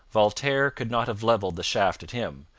voltaire could not have levelled the shaft at him,